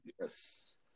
yes